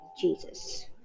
Jesus